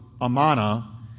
Amana